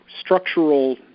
structural